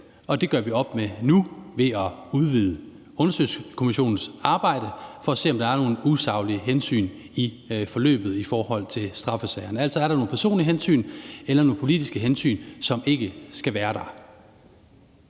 Og det gør vi op med nu ved at udvide undersøgelseskommissionens arbejde for at se, om der er nogen usaglige hensyn i forløbet i forhold til straffesagerne. Altså, er der nogen personlige hensyn eller nogen politiske hensyn, som ikke skal være der?